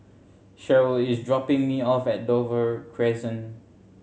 Sheryl is dropping me off at Dover Crescent